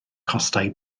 costau